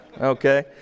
Okay